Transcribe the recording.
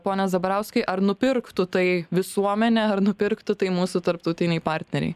pone zabarauskai ar nupirktų tai visuomenė ar nupirktų tai mūsų tarptautiniai partneriai